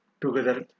together